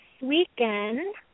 weekend